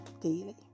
daily